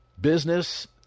business